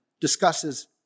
discusses